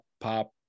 pop